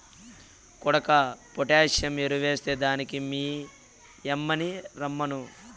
కొడుకా పొటాసియం ఎరువెస్తే దానికి మీ యమ్మిని రమ్మను